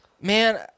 man